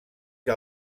que